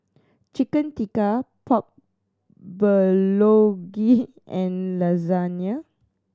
Chicken Tikka Pork Bulgogi and Lasagne